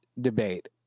debate